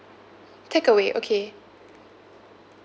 takeaway okay